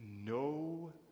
no